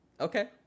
Okay